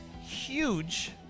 huge